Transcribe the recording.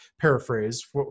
paraphrase